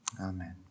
Amen